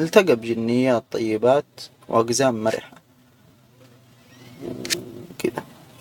إلتجى بجنيات طيبات وأجزام مرحة، و كده.